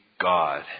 God